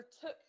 took